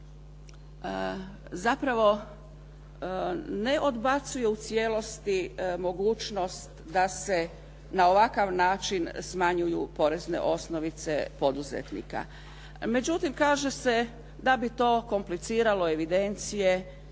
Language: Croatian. zapravo ne odbacuje u cijelosti mogućnost da se na ovakav način smanjuju porezne osnovice poduzetnika. Međutim, kaže se da bi to kompliciralo evidencije